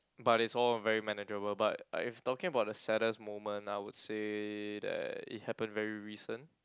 but it's all very manageable but if talking about the saddest moment I would say that it happen very recent